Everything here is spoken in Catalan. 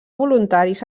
voluntaris